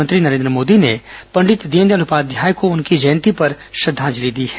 प्रधानमंत्री नरेन्द्र मोदी ने पंडित दीनदयाल उपाध्याय को उनकी जयंती पर श्रद्वांजलि दी है